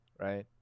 right